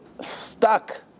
stuck